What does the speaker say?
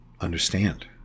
understand